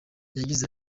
yagize